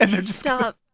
Stop